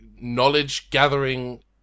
knowledge-gathering